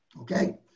Okay